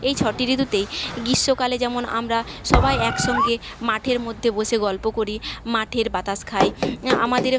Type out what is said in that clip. এই ছটি ঋতুতেই গীষ্মকালে যেমন আমরা সবাই একসঙ্গে মাঠের মধ্যে বসে গল্প করি মাঠের বাতাস খাই আমাদের